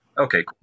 Okay